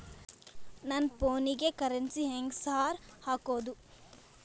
ನನ್ ಫೋನಿಗೆ ಕರೆನ್ಸಿ ಹೆಂಗ್ ಸಾರ್ ಹಾಕೋದ್?